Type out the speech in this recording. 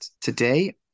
Today